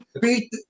beat